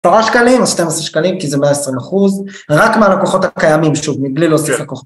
עשרה שקלים, אז 12 שקלים, כי זה מאה עשרים אחוז, רק מהלקוחות הקיימים, שוב, מבלי להוסיף לקוחות.